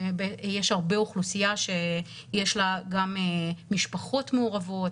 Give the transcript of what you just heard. יש אוכלוסייה רבה שיש לה משפחות מעורבות,